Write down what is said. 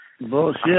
Bullshit